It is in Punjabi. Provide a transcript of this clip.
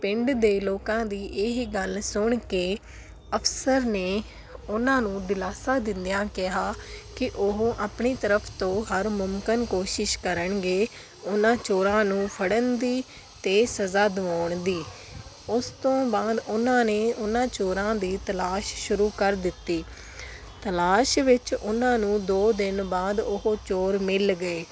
ਪਿੰਡ ਦੇ ਲੋਕਾਂ ਦੀ ਇਹ ਗੱਲ ਸੁਣ ਕੇ ਅਫਸਰ ਨੇ ਉਹਨਾਂ ਨੂੰ ਦਿਲਾਸਾ ਦਿੰਦਿਆਂ ਕਿਹਾ ਕਿ ਉਹ ਆਪਣੀ ਤਰਫ ਤੋਂ ਹਰ ਮੁਮਕਿਨ ਕੋਸ਼ਿਸ਼ ਕਰਨਗੇ ਉਹਨਾਂ ਚੋਰਾਂ ਨੂੰ ਫੜਨ ਦੀ ਅਤੇ ਸਜ਼ਾ ਦਵਾਉਣ ਦੀ ਉਸ ਤੋਂ ਬਾਅਦ ਉਹਨਾਂ ਨੇ ਉਹਨਾਂ ਚੋਰਾਂ ਦੀ ਤਲਾਸ਼ ਸ਼ੁਰੂ ਕਰ ਦਿੱਤੀ ਤਲਾਸ਼ ਵਿੱਚ ਉਹਨਾਂ ਨੂੰ ਦੋ ਦਿਨ ਬਾਅਦ ਉਹ ਚੋਰ ਮਿਲ ਗਏ